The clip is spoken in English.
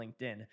LinkedIn